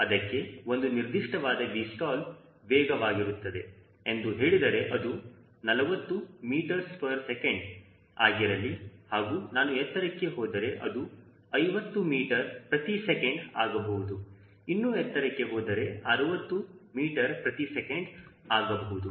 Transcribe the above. ಅದಕ್ಕೆ ಒಂದು ನಿರ್ದಿಷ್ಟವಾದ 𝑉stall ವೇಗವಾಗಿರುತ್ತದೆ ಎಂದು ಹೇಳಿದರೆ ಅದು 40 ms ಆಗಿರಲಿ ಹಾಗೂ ನಾನು ಎತ್ತರಕ್ಕೆ ಹೋದರೆ ಅದು 50 ಮೀಟರ್ ಪ್ರತಿ ಸೆಕೆಂಡ್ ಆಗಬಹುದು ಇನ್ನೂ ಎತ್ತರಕ್ಕೆ ಹೋದರೆ 60 ms ಆಗಬಹುದು